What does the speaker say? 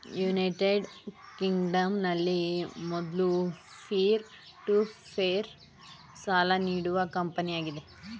United ಕಿಂಗ್ಡಂನಲ್ಲಿ ಮೊದ್ಲ peer to peer ಸಾಲ ನೀಡುವ ಕಂಪನಿಯಾಗಿದೆ